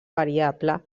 variable